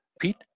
Pete